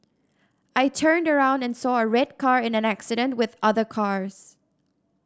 I turned around and saw a red car in an accident with other cars